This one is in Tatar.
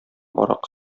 аракы